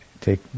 take